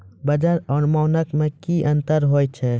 वजन और मानक मे क्या अंतर हैं?